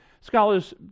Scholars